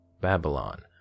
Babylon